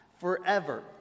forever